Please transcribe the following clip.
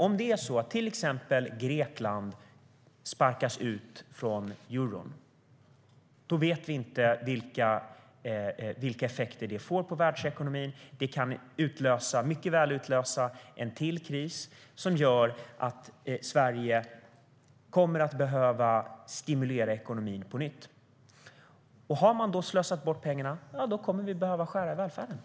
Om till exempel Grekland sparkas ut från euron vet vi inte vilka effekter det får på världsekonomin. Det kan mycket väl utlösa ännu en kris som gör att Sverige kommer att behöva stimulera ekonomin på nytt. Om man då har slösat bort pengarna kommer vi att behöva skära i välfärden.